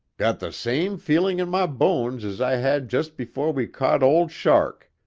got the same feeling in my bones as i had just before we caught old shark.